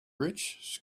rich